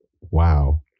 Wow